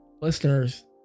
listeners